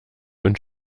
und